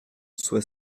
soit